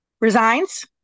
resigns